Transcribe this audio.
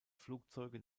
flugzeuge